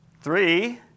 Three